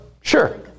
sure